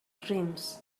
dreams